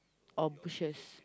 or bushes